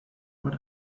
what